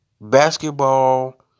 Basketball